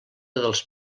dels